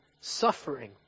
suffering